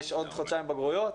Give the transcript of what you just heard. יש עוד חודשיים בגרויות,